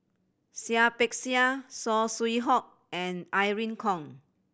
Seah Peck Seah Saw Swee Hock and Irene Khong